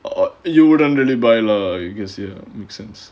oh you wouldn't really buy lah you can see ah makes sense